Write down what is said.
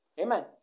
Amen